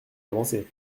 avancé